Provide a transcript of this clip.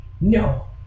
No